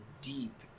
deep